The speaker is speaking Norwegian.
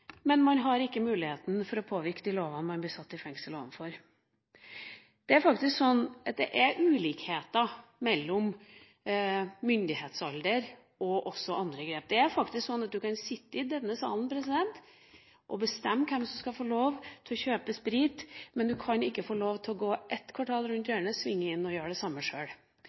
men man har ikke muligheten til å påvirke de lovene man blir satt i fengsel for. Det er faktisk sånn at det er ulikheter mellom myndighetsalder og andre begrep. Det er faktisk sånn at du kan sitte i denne salen og bestemme hvem som skal få lov til å kjøpe sprit, men du har ikke lov til å gå ett kvartal rundt hjørnet, svinge inn og gjøre det samme sjøl.